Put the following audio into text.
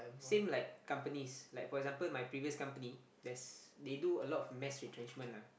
same like companies like for example my previous company there's they do a lot of mass retrenchment lah